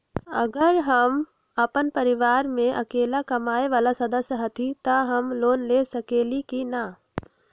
अगर हम अपन परिवार में अकेला कमाये वाला सदस्य हती त हम लोन ले सकेली की न?